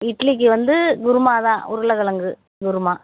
இட்லிக்கு வந்து குருமா தான் உருளக்கெழங்கு குருமா